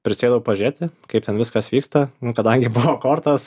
prisėdau pažiūrėti kaip ten viskas vyksta kadangi buvo kortos